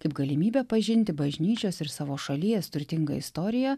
kaip galimybę pažinti bažnyčios ir savo šalies turtingą istoriją